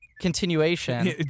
continuation